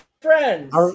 friends